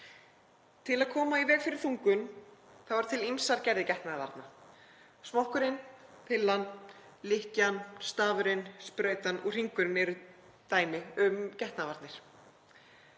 Til að koma í veg fyrir þungun eru til ýmsar gerðir getnaðarvarna; smokkurinn, pillan, lykkjan, stafurinn, sprautan og hringurinn eru dæmi um getnaðarvarnir.